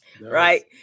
right